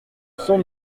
cent